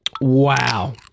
Wow